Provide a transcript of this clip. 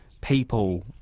people